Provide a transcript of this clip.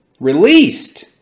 Released